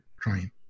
trying